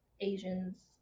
Asians